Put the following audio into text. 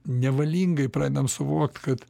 nevalingai pradedam suvokt kad